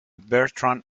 bertrand